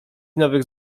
nowych